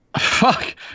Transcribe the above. Fuck